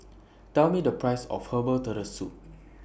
Tell Me The priceS of Herbal Turtle Soup